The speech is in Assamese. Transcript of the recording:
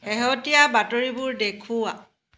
শেহতীয়া বাতৰিবোৰ দেখুওৱা